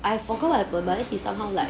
I forgot I but he is somehow like